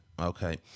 Okay